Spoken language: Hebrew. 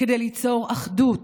כדי ליצור אחדות,